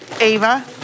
Ava